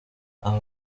aba